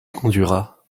conduira